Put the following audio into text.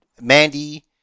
Mandy